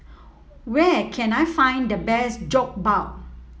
where can I find the best Jokbal